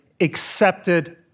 accepted